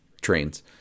trains